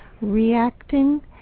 reacting